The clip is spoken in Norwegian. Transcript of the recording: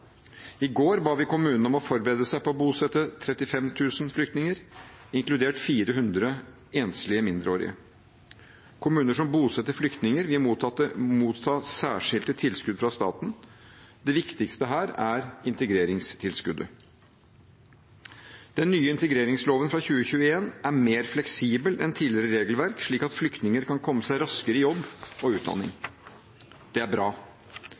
I går ba vi kommunene om å forberede seg på å bosette 35 000 flyktninger, inkludert 400 enslige mindreårige. Kommuner som bosetter flyktninger, vil motta særskilte tilskudd fra staten. Det viktigste her er integreringstilskuddet. Den nye integreringsloven fra 2021 er mer fleksibel enn tidligere regelverk, slik at flyktninger kan komme seg raskere i jobb og utdanning. Det er bra.